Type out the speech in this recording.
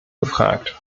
gefragt